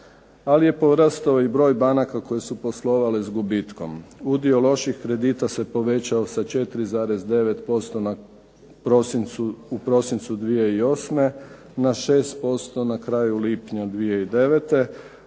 Ali je porastao i broj banaka koje su poslovale s gubitkom. Udio loših kredite se povećao sa 4,9% u prosincu 2008. na 6% na kraju lipnja 2009.,